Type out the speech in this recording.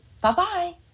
Bye-bye